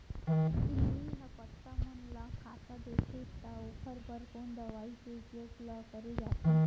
इल्ली ह पत्ता मन ला खाता देथे त ओखर बर कोन दवई के उपयोग ल करे जाथे?